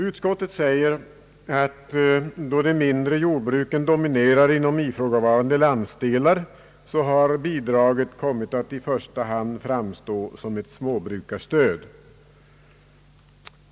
Utskottet säger att då de mindre jordbruken dominerar inom ifrågavarande landsdelar har bidraget i första hand kommit att framstå som ett småbrukarstöd.